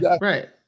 right